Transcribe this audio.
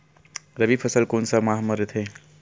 रबी फसल कोन सा माह म रथे?